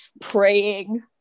praying